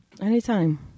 Anytime